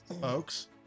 folks